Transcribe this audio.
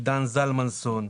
עידן זלמנסון,